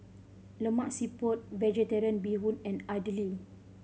Lemak Siput Vegetarian Bee Hoon and idly